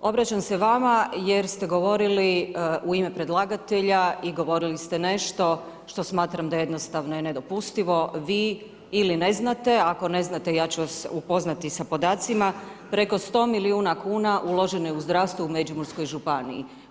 obraćam se vama jer ste govorili u ime predlagatelja i govorili ste nešto što smatram da jednostavno je nedopustivo, vi ili ne znate, ako ne znate, ja ću vas upoznati sa podacima, preko 100 milijuna kuna uloženo je u zdravstvo u Međimurskoj županiji.